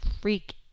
freak